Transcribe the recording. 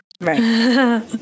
right